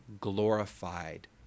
glorified